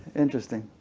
interesting.